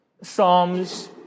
psalms